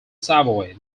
savoy